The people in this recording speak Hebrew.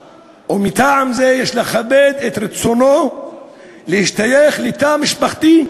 הייתי גם שותף לבדיקות לא מבוטלות של נושאים לוגיסטיים,